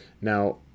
Now